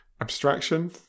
abstraction